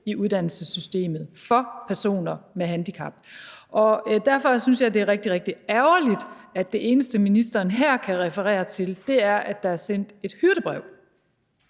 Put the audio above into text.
i uddannelsessystemet for personer med handicap. Derfor synes jeg, det er rigtig, rigtig ærgerligt, at det eneste, ministeren her kan referere til, er, at der er sendt et hyrdebrev.